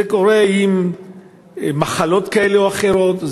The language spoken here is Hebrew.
זה קורה עם מחלות כאלה או אחרות,